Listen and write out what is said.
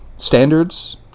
standards